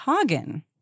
Hagen